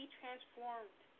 transformed